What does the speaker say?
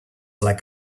like